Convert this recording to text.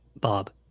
Bob